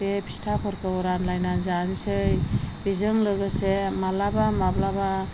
बे फिथाफोरखौ रानलायना जानोसै बेजों लोगोसे माब्लाबा माब्लाबा